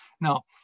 Now